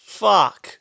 fuck